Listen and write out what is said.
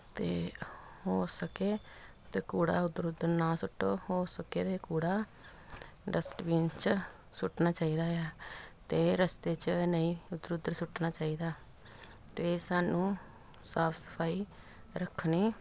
ਅਤੇ ਹੋ ਸਕੇ ਤਾਂ ਕੂੜਾ ਉੱਧਰ ਉੱਧਰ ਨਾ ਸੁੱਟੋ ਹੋ ਸਕੇ ਤਾਂ ਕੂੜਾ ਡਸਟਬੀਨ 'ਚ ਸੁੱਟਣਾ ਚਾਹੀਦਾ ਆ ਅਤੇ ਰਸਤੇ 'ਚ ਨਹੀਂ ਇੱਧਰ ਉੱਧਰ ਸੁੱਟਣਾ ਚਾਹੀਦਾ ਅਤੇ ਸਾਨੂੰ ਸਾਫ ਸਫਾਈ ਰੱਖਣੀ